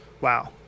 Wow